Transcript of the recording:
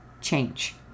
change